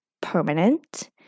permanent